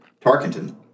Tarkenton